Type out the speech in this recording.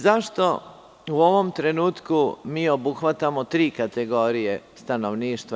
Zašto u ovom trenutku mi obuhvatamo tri kategorije stanovništva?